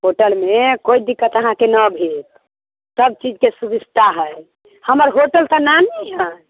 होटलमे कोइ दिक्कत अहाँके नहि भैत सभ चीजके सुभिस्ता है हमर होटल तऽ नामी है